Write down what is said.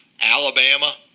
Alabama